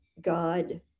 God